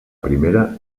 primera